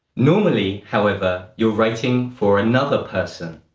normally, however, you're writing for another person.